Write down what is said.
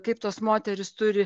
kaip tos moterys turi